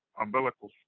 umbilical